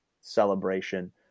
celebration